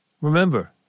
Remember